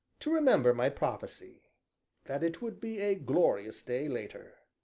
to remember my prophecy that it would be a glorious day, later.